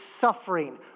suffering